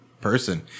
person